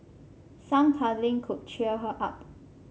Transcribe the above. some cuddling could cheer her up